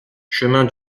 chemin